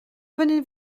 venez